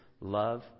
Love